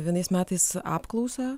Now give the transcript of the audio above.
vienais metais apklausą